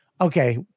Okay